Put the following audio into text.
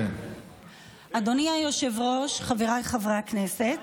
אדוני היושב-ראש, חבריי חברי הכנסת.